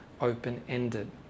open-ended